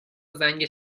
زنگ